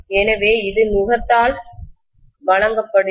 எனவே இது நுகத்தால் வழங்கப்படுகிறது